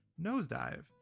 Nosedive